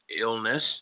illness